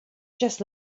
just